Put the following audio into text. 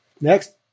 Next